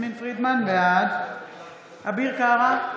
בעד אביר קארה,